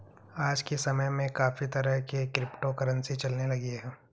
आज के समय में काफी तरह की क्रिप्टो करंसी चलने लगी है